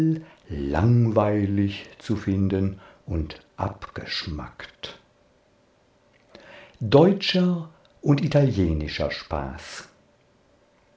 langweilig zu finden und abgeschmackt deutscher und italienischer spaß